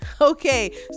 Okay